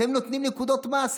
אתם נותנים נקודות מס.